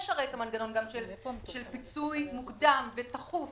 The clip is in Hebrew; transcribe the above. והרי יש גם המנגנון של פיצוי מוקדם ודחוף,